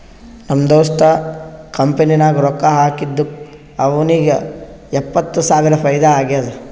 ನಮ್ ದೋಸ್ತ್ ಕಂಪನಿ ನಾಗ್ ರೊಕ್ಕಾ ಹಾಕಿದ್ದುಕ್ ಅವ್ನಿಗ ಎಪ್ಪತ್ತ್ ಸಾವಿರ ಫೈದಾ ಆಗ್ಯಾದ್